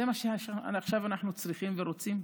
זה מה שעכשיו אנחנו צריכים ורוצים?